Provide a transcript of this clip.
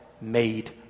made